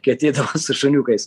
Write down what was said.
kai ateidavom su šuniukais